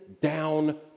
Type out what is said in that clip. down